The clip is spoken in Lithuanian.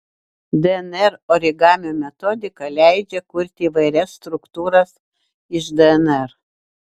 dnr origamio metodika leidžia kurti įvairias struktūras iš dnr